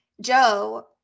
Joe